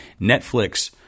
Netflix